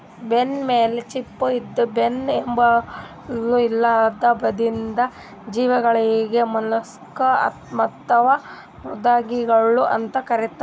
ಬೆನ್ನಮೇಲ್ ಚಿಪ್ಪ ಇದ್ದು ಬೆನ್ನ್ ಎಲುಬು ಇರ್ಲಾರ್ದ್ ಇದ್ದಿದ್ ಜೀವಿಗಳಿಗ್ ಮಲುಸ್ಕ್ ಅಥವಾ ಮೃದ್ವಂಗಿಗಳ್ ಅಂತ್ ಕರಿತಾರ್